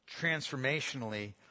transformationally